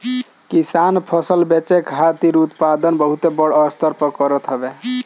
किसान फसल बेचे खातिर उत्पादन बहुते बड़ स्तर पे करत हवे